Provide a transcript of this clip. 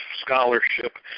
scholarship